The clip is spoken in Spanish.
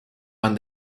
van